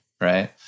Right